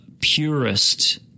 purist